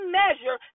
measure